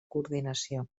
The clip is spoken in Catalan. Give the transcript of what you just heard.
coordinació